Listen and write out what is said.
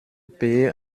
payer